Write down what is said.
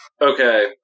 Okay